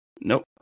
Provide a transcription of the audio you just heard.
Nope